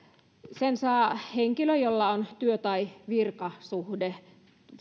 sen saa henkilö jolla on työ tai virkasuhde